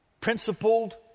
principled